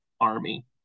army